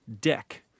deck